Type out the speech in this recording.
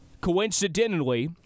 coincidentally